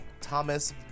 Thomas